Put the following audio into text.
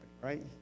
right